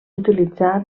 utilitzar